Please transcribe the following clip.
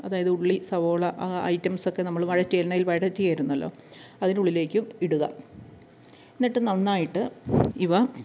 അതായത് ഉള്ളി സവോള ആ ഐറ്റംസൊക്കെ നമ്മൾ വഴറ്റി എണ്ണയിൽ വഴറ്റിയിരുന്നല്ലൊ അതിൻറ്റുള്ളിലേക്ക് ഇടുക എന്നിട്ട് നന്നായിട്ട് ഇവ